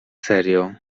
serio